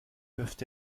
peuvent